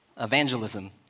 evangelism